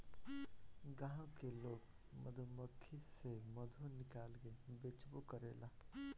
गाँव के लोग मधुमक्खी से मधु निकाल के बेचबो करेला